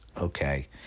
okay